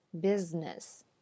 business